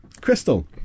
Crystal